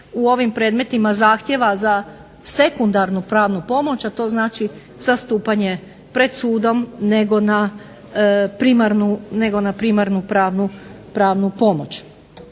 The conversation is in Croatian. u ovim predmetima zahtjeva za sekundarnu pravnu pomoć, a to znači zastupanje pred sudom, nego na primarnu pravnu pomoć.